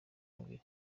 mubiri